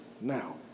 now